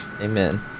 Amen